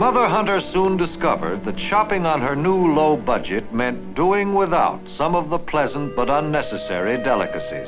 mother hunters soon discovered that shopping on her new low budget meant doing without some of the pleasant but are necessary delicac